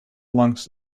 langs